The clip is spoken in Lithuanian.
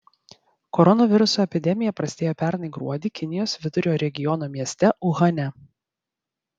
koronaviruso epidemija prasidėjo pernai gruodį kinijos vidurio regiono mieste uhane